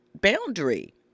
boundary